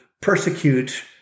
persecute